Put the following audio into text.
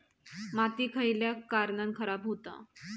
माती खयल्या कारणान खराब हुता?